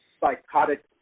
psychotic